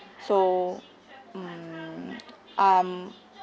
so mm um